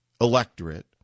electorate